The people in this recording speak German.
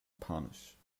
panisch